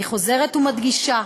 אני חוזרת ומדגישה: